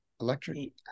electric